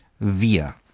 wir